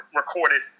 recorded